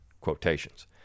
quotations